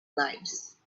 lights